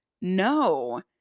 no